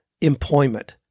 employment